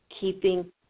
keeping